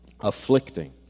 afflicting